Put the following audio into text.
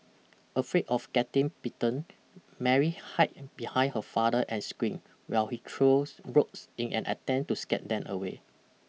afraid of getting bitten Mary hide behind her father and screamed while he threw rocks in an attempt to scare them away